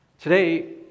Today